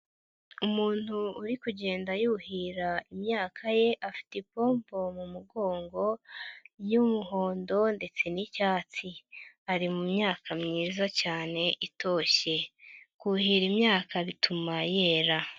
Umuntu uri kugenda yuhira imyaka ye afite ipombo mu mugongo y'umuhondo ndetse n'icyatsi, ari mu myaka myiza cyane itoshye. Kuhira imyaka bituma yera.